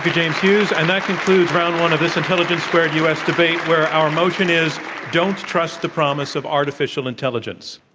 james hughes. and that concludes round one of this intelligence squared u. s. debate, where our motion is don't trust the promise of artificial intelligence.